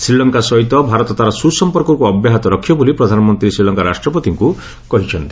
ଶ୍ରୀଲଙ୍କା ସହିତ ଭାରତ ତା'ର ସୁସଂପର୍କକୁ ଅବ୍ୟାହତ ରଖିବ ବୋଲି ପ୍ରଧାନମନ୍ତ୍ରୀ ଶ୍ରୀଲଙ୍କା ରାଷ୍ଟ୍ରପତିଙ୍କୁ କହିଛନ୍ତି